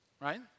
right